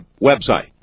website